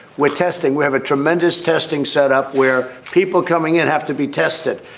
we're testing we have a tremendous testing setup where people coming in have to be tested.